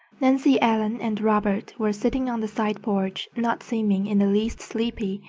nancy ellen and robert were sitting on the side porch, not seeming in the least sleepy,